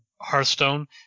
Hearthstone